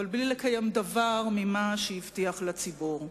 אבל בלי לקיים דבר ממה שהבטיח לציבור.